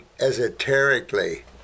esoterically